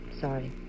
sorry